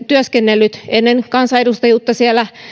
työskennellyt ennen kansanedustajuutta siellä